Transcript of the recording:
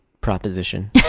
proposition